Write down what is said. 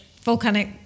Volcanic